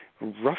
roughly